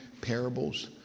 parables